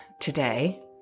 today